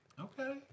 Okay